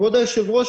כבוד היושב-ראש,